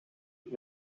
het